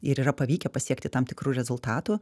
ir yra pavykę pasiekti tam tikrų rezultatų